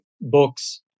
books